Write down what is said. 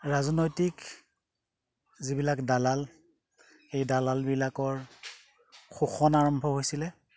ৰাজনৈতিক যিবিলাক দালাল সেই দালালবিলাকৰ শোষণ আৰম্ভ হৈছিলে